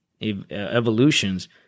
evolutions